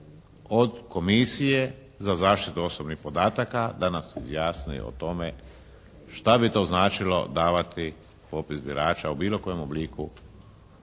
od komisije za zaštitu osobnih podataka da se izjasne o tome šta bi to značilo davati popis birača u bilo kojem obliku